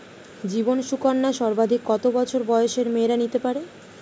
জীবন সুকন্যা সর্বাধিক কত বছর বয়সের মেয়েরা নিতে পারে?